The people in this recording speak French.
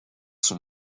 son